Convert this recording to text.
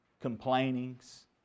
complainings